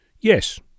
Yes